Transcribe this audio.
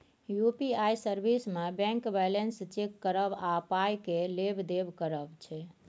UPI service मे bank balance check करब आ पाइ केर लेब देब करब छै